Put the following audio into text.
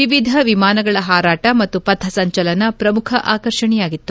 ವಿವಿಧ ವಿಮಾನಗಳ ಹಾರಾಟ ಮತ್ತು ಪಥಸಂಚಲನ ಪ್ರಮುಖ ಆಕರ್ಷಣೆಯಾಗಿತ್ತು